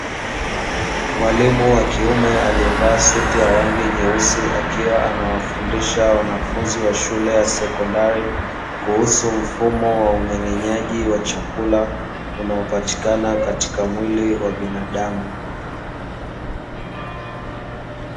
Mwalimu wa kiume alievaa suti ya rangi nyeusi akiwa anawafundisha wanafunzi wa shule ya sekondari, kuhusu mfumo wa umeng'enyaji wa chakula unaopatikana katika mwili wa binadamu.